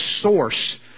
source